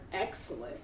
excellent